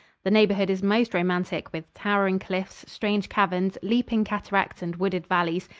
the neighborhood is most romantic, with towering cliffs, strange caverns, leaping cataracts and wooded valleys.